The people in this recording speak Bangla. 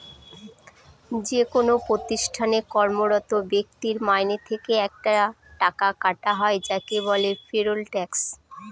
যেকোনো প্রতিষ্ঠানে কর্মরত ব্যক্তির মাইনে থেকে একটা টাকা কাটা হয় যাকে বলে পেরোল ট্যাক্স